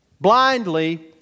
Blindly